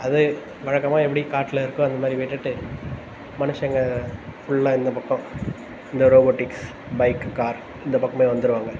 அது வழக்கமாக எப்படி காட்டில் இருக்கோ அந்த மாதிரி விட்டுவிட்டு மனுஷங்க ஃபுல்லாக இந்த பக்கம் இந்த ரோபோட்டிக்ஸ் பைக் கார் இந்த பக்கமே வந்துருவாங்க